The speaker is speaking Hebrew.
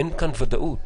אין כאן ודאות.